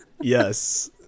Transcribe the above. yes